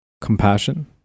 compassion